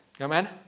amen